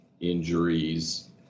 injuries